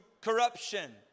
corruption